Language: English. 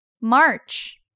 March